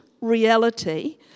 reality